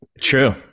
True